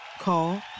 Call